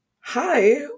Hi